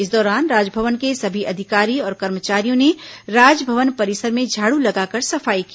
इस दौरान राजभवन के सभी अधिकारी और कर्मचारियों ने राजभवन परिसर में झाड़ू लगाकर सफाई की